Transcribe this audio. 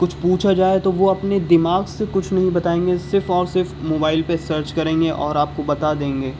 کچھ پوچھا جائے تو وہ اپنے دماغ سے کچھ نہیں بتائیں گے صرف اور صرف موبائل پہ سرچ کریں گے اور آپ کو بتا دیں گے